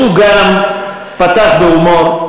הוא גם פתח בהומור,